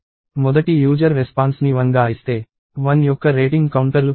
మొదటి user response ని 1 గా ఇస్తే 1 యొక్క రేటింగ్ కౌంటర్లు పెరుగుతాయి